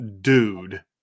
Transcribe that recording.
dude